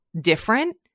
different